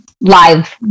live